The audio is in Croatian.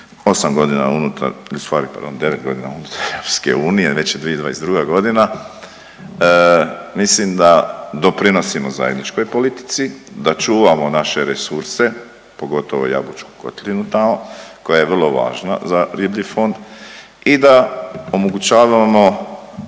godina, ustvari pardon devet godina unutar EU, već je 2022.g. mislim da doprinosi zajedničkoj politici, da čuvamo naše resurse, pogotovo Jabučku kotlinu tamo koja je vrlo važna za riblji fond i da omogućavamo